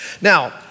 Now